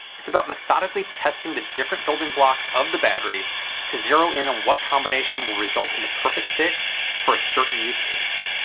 it's about methodically testing the different building blocks of the battery to zero in on what combination will result in the perfect fit for a certain use case.